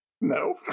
no